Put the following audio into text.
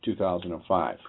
2005